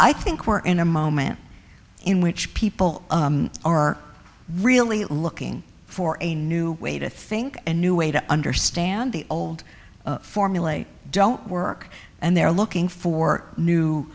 i think we're in a moment in which people are really looking for a new way to think and new way to understand the old formulae don't work and they're looking for new